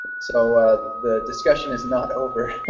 so the discussion is not over.